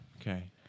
Okay